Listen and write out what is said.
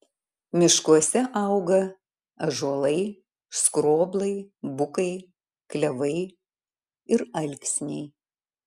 miškuose auga ąžuolai skroblai bukai klevai ir alksniai